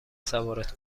سوارت